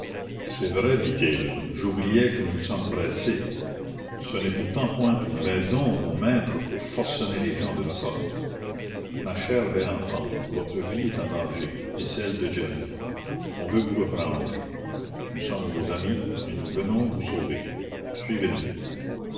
c'est vrai dit-il j'oubliais que nous sommes pressés ce n'est pourtant point une raison mon maître pour forcener les gens de la sorte ma chère belle enfant votre vie est en danger et celle de djali on veut vous reprendre nous sommes vos amis et nous venons vous sauver suivez-nous